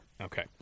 Okay